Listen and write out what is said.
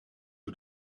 hoe